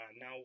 now